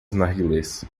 narguilés